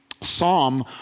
Psalm